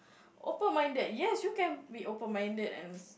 open minded yes you can be open minded and